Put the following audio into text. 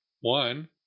One